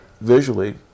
visually